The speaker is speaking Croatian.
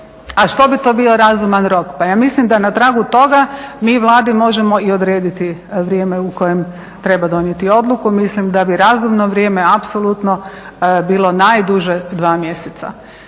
A što bi to bio razuman rok? Pa ja mislim da na tragu toga mi Vladi možemo i odrediti vrijeme u kojem treba donijeti odluku, mislim da bi razumno vrijeme apsolutno bilo najduže 2 mjeseca.